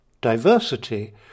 diversity